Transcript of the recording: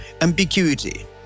ambiguity